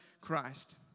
Christ